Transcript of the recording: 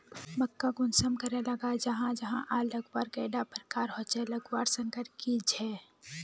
मक्का कुंसम करे लगा जाहा जाहा आर लगवार कैडा प्रकारेर होचे लगवार संगकर की झे?